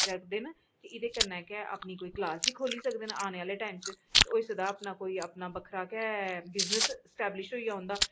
ते एह्दे कन्नै गै कोई क्लॉस गै खोह्ल्ली सकदे न अपने औने आह्ले टाईम च ते होई सकदा कोई अपना गै बिजनेस एस्टबलीश होई जा उं'दा